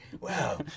Wow